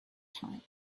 time